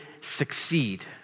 succeed